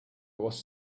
was